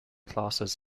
classes